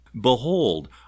Behold